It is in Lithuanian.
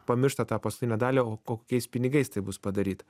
pamiršta tą paskutinę dalį o kokiais pinigais tai bus padaryta